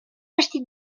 vestit